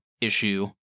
issue